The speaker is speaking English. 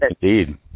indeed